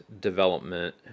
development